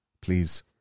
please